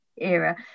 era